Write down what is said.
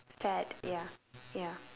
fad ya ya